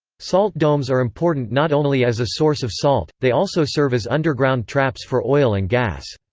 salt domes are important not only as a source of salt they also serve as underground traps for oil and gas.